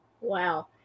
Wow